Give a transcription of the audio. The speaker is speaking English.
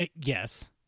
yes